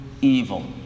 evil